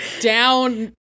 down